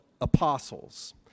apostles